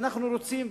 ואנחנו רוצים,